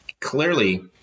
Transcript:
Clearly